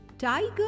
Tiger